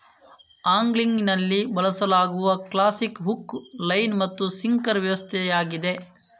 ಆಂಗ್ಲಿಂಗಿನಲ್ಲಿ ಬಳಸಲಾಗುವ classic hook, line ಮತ್ತು sinker ವ್ಯವಸ್ಥೆಯಾಗಿದೆ